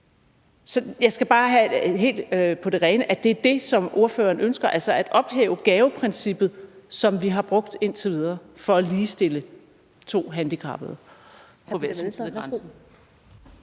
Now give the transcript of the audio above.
Jeg skal bare have det helt på det rene, at det er det, som ordføreren ønsker, altså at ophæve gaveprincippet, som vi har brugt indtil videre, for at ligestille to handicappede på hver sin side af grænsen.